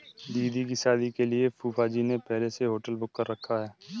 दीदी की शादी के लिए फूफाजी ने पहले से होटल बुक कर रखा है